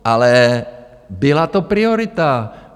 Ale byla to priorita.